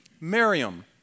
Miriam